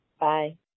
Bye